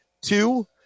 Two